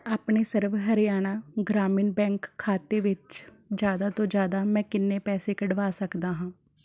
ਆਪਣੇ ਸਰਵ ਹਰਿਆਣਾ ਗ੍ਰਾਮੀਣ ਬੈਂਕ ਖਾਤੇ ਵਿੱਚ ਜ਼ਿਆਦਾ ਤੋਂ ਜ਼ਿਆਦਾ ਮੈਂ ਕਿੰਨੇ ਪੈਸੇ ਕੱਢਵਾ ਸਕਦਾ ਹਾਂ